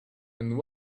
and